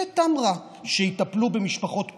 שיטפלו במשפחות פשע?